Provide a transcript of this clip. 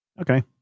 Okay